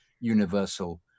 universal